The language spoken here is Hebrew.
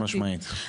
חד משמעית.